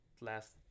last